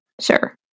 Sure